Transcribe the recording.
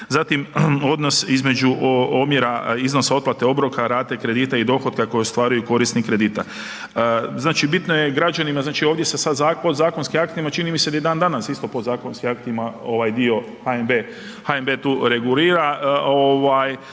Zatim odnos između omjera odnosa iznosa otplate obroka rate kredita i dohotka koju ostvaruje korisnik kredita. Znači, bitno je građanima, znači ovdje se sada zakonskim, podzkonskim aktima, čini mi se da je i dan danas isto podzakonskim aktima ovaj dio, HNB tu regulira ovaj